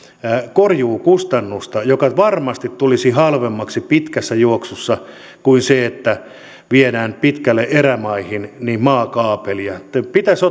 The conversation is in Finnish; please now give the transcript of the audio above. korjuukustannusta joka varmasti tulisi halvemmaksi pitkässä juoksussa kuin se että viedään pitkälle erämaihin maakaapelia pitäisi